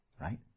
Right